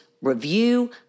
review